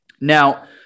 now